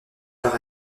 par